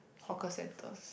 hawker centres